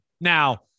Now